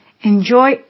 enjoy